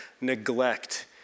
neglect